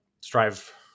strive